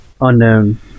Unknown